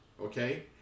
okay